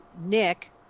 Nick